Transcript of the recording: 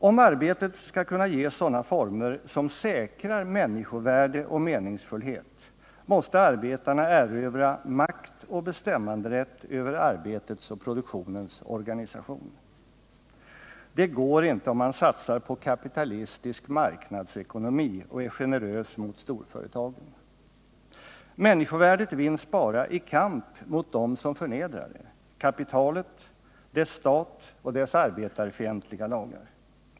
Om arbetet skall kunna ges sådana former som säkrar människovärde och meningsfullhet måste arbetarna erövra makt och bestämmanderätt över arbetets och produktionens organisation. Det går inte om man satsar på kapitalistisk marknadsekonomi och är generös mot storföretagen. Människovärdet vinns bara i kamp mot dem som förnedrar det — kapitalet, dess stat och dess arbetarfientliga lagar.